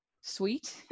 sweet